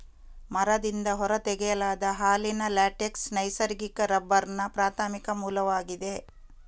ಮರದಿಂದ ಹೊರ ತೆಗೆಯಲಾದ ಹಾಲಿನ ಲ್ಯಾಟೆಕ್ಸ್ ನೈಸರ್ಗಿಕ ರಬ್ಬರ್ನ ಪ್ರಾಥಮಿಕ ಮೂಲವಾಗಿದೆ